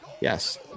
Yes